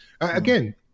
again